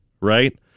right